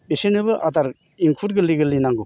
बिसोरनोबो आदार इंखुर गोरलै गोरलै नांगौ